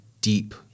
deep